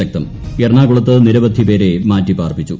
ശക്തം എറണാകുളത്ത് നീരുവധിപേരെ മാറ്റിപാർപ്പിച്ചു